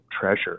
treasure